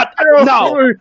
No